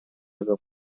aveva